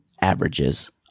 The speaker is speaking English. averages